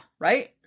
Right